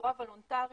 בצורה וולונטרית,